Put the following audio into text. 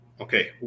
okay